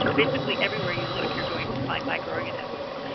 basically everywhere you look you're going to find microorganisms.